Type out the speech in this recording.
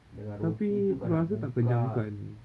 dengan tu kena buka